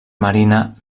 marina